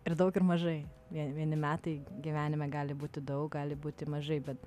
ir daug ir mažai vien vieni metai gyvenime gali būti daug gali būti mažai bet